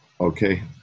Okay